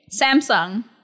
Samsung